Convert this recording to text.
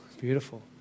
beautiful